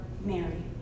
Mary